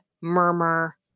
murmur